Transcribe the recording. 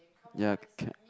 ya